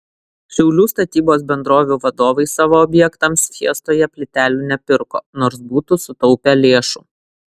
šiaulių statybos bendrovių vadovai savo objektams fiestoje plytelių nepirko nors būtų sutaupę lėšų